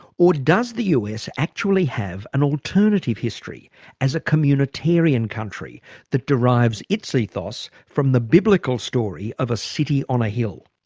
or does the us actually have an alternative history as a communitarian country that derives its ethos from the biblical story of a city on a hill?